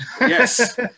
Yes